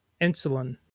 insulin